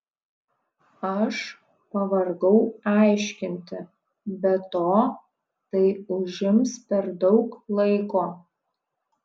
aš pavargau aiškinti be to tai užims per daug laiko